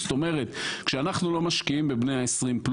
זאת אומרת, כשאנחנו לא משקיעים בבני העשרים+,